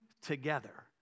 together